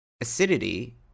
acidity